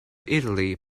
italy